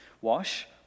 Wash